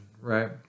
right